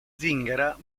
zingara